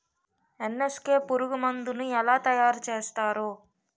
NSK పురుగు మందు ను ఎలా తయారు చేస్తారు?